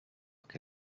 que